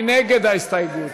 מי נגד ההסתייגות?